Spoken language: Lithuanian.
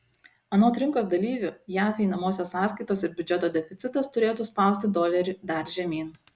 anot rinkos dalyvių jav einamosios sąskaitos ir biudžeto deficitas turėtų spausti dolerį dar žemyn